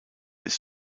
ist